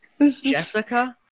Jessica